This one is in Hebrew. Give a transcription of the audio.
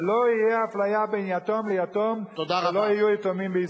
שלא תהיה אפליה בין יתום ליתום ולא יהיו יתומים בישראל.